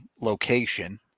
location